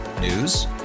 News